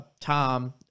Tom